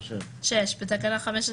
שנגלה,